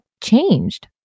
changed